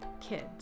kids